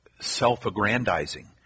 self-aggrandizing